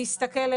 להסתכל,